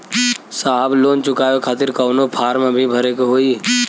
साहब लोन चुकावे खातिर कवनो फार्म भी भरे के होइ?